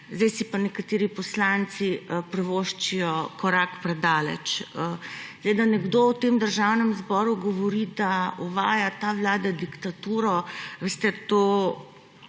sedaj si pa nekateri poslanci privoščijo korak predaleč. Da nekdo v tem državnem zboru govori, da uvaja ta vlada diktaturo, to